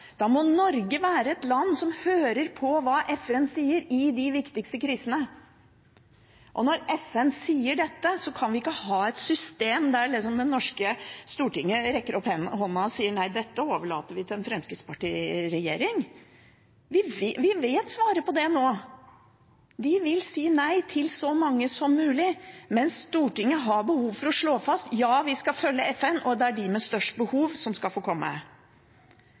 Da må Norge være et land som hører på hva FN sier i de viktigste krisene. Når FN sier dette, så kan ikke vi ha et system der Det norske storting rekker opp hånda og sier nei, dette overlater vi til en Fremskrittsparti-regjering. Vi vet svaret på det nå. De vil si nei til så mange som mulig, men Stortinget har behov for å slå fast at vi skal følge FN, og at det er de med størst behov som skal få komme.